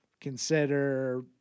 consider